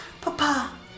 Papa